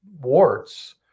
warts